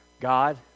God